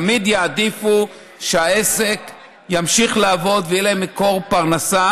תמיד יעדיפו שהעסק ימשיך לעבוד ויהיה להם מקור פרנסה,